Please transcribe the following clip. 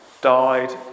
died